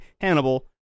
Hannibal